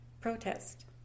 protest